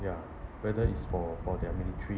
ya whether is for for their military